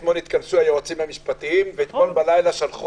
אתמול התכנסו היועצים המשפטיים ואתמול בלילה שלחו